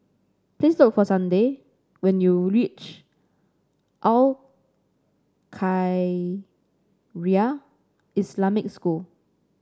please look for Sunday when you reach Al Khairiah Islamic School